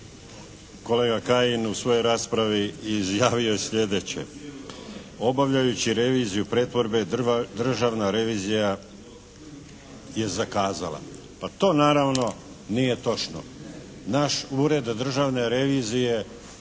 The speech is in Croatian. Kolega Kajin u svojoj raspravi je izjavio sljedeće: Obavljajući reviziju pretvorbe državna revizija je zakazala. Pa to naravno nije točno. Naš Ured državne revizije